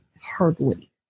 Hardly